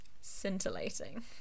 scintillating